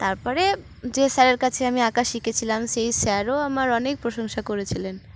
তারপরে যে স্যারের কাছে আমি আঁকা শিখেছিলাম সেই স্যারও আমার অনেক প্রশংসা করেছিলেন